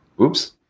Oops